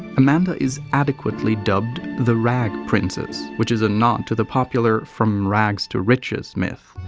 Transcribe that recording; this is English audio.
amanda is adequately dubbed the rag princess, which is a nod to the popular from rags to riches myth,